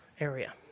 area